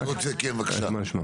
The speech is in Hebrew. כן, בבקשה.